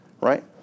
right